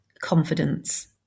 confidence